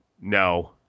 No